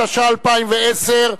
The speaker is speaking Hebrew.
התש"ע 2010,